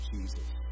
Jesus